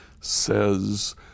says